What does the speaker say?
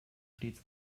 stets